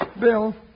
Bill